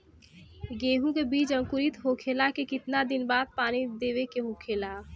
गेहूँ के बिज अंकुरित होखेला के कितना दिन बाद पानी देवे के होखेला?